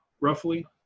roughly